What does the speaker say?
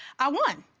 i won,